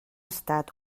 estat